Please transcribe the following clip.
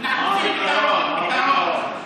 אנחנו רוצים פתרון בקרוב.